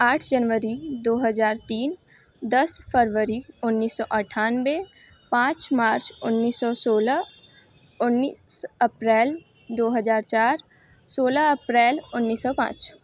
आठ ज़नवरी दो हज़ार तीन दस फरबरी उन्नीस सौ अट्ठानवे पाँच मार्च उन्नीस सौ सोलह उन्नीस अप्रेल दो हज़ार चार सोलह अप्रेल उन्नीस सौ पाँच